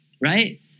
right